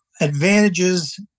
advantages